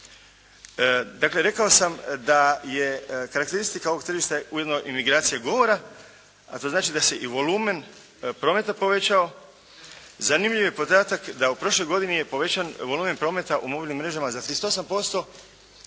Dakle, rekao sam da je karakteristika ovog tržišta ujedno i migracija govora, a to znači da se i volumen prometa povećao. Zanimljiv je podatak da u prošloj godini je povećan volumen prometa u mobilnim mrežama za 38%